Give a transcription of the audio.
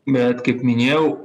bet kaip minėjau